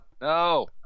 No